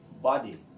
body